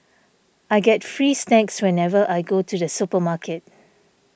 I get free snacks whenever I go to the supermarket